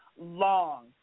long